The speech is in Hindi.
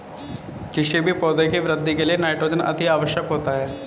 किसी भी पौधे की वृद्धि के लिए नाइट्रोजन अति आवश्यक होता है